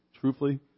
truthfully